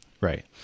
Right